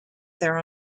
their